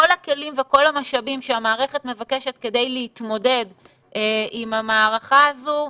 כל הכלים וכל המשאבים שהמערכת מבקשת כדי להתמודד עם המערכה הזו,